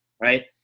Right